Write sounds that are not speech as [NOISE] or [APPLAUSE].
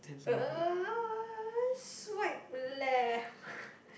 uh swipe left [NOISE]